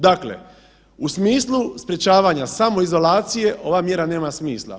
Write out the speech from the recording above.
Dakle, u smislu sprječavanja samoizolacije ova mjera nema smisla.